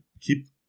keep